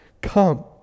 come